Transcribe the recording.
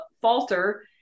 falter